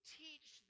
teach